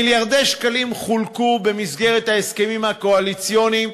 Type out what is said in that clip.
מיליארדי שקלים חולקו במסגרת ההסכמים הקואליציוניים